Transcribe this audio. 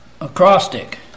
acrostic